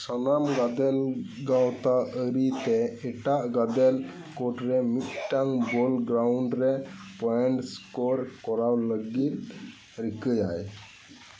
ᱥᱟᱱᱟᱢ ᱜᱟᱫᱮᱞ ᱜᱟᱶᱛᱟ ᱟᱹᱨᱤᱛᱮ ᱮᱴᱟᱜ ᱜᱟᱫᱮᱞ ᱠᱳᱴ ᱨᱮ ᱢᱤᱫᱴᱟᱝ ᱵᱚᱞ ᱜᱨᱟᱣᱩᱱᱰ ᱨᱮ ᱯᱚᱭᱮᱱᱴ ᱥᱠᱳᱨ ᱠᱚᱨᱟᱣ ᱞᱟᱹᱜᱤᱫ ᱨᱤᱠᱟᱹᱭᱟᱭ